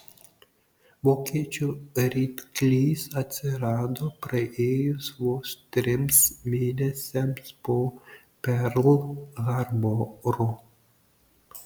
vokiečių ryklys atsirado praėjus vos trims mėnesiams po perl harboro